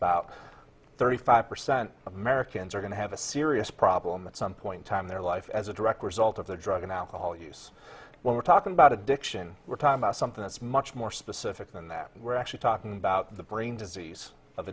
about thirty five percent of americans are going to have a serious problem at some point time their life as a direct result of their drug and alcohol use when we're talking about addiction we're talking about something that's much more specific than that and we're actually talking about the brain disease of